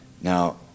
Now